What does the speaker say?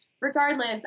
regardless